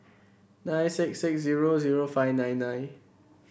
nine six six zero zero five nine nine